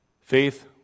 Faith